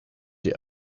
dir